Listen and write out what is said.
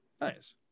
Nice